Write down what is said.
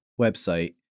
website